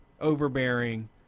overbearing